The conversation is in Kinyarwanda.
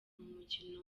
mukino